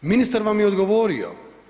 Ministar vam je odgovorio.